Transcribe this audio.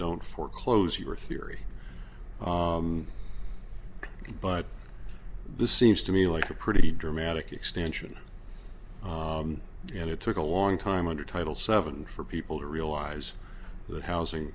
don't foreclose your theory but this seems to me like a pretty dramatic extension and it took a long time under title seven for people to realize that housing